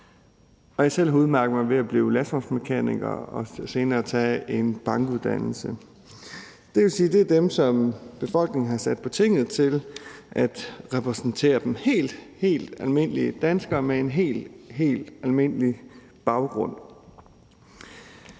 og jeg selv har udmærket mig ved at blive lastbilmekaniker og senere tage en bankuddannelse. Det vil sige, at det er os, befolkningen har sat på Tinget til at repræsentere dem. Det er helt, helt almindelige danskere med helt almindelige baggrunde.